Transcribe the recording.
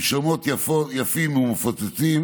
עם שמות יפים ומפוצצים